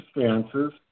circumstances